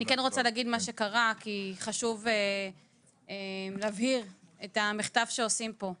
אני כן רוצה להגיד מה שקרה כי חשוב להבהיר את המחטף שעושים פה.